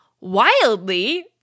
Wildly